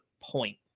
point